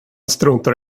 struntar